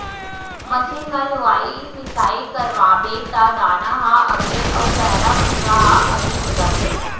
machine म लुवाई मिसाई करवाबे त दाना ह अलगे अउ पैरा भूसा ह अलगे हो जाथे